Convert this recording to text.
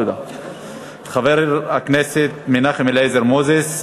חבר הכנסת מנחם אליעזר מוזס.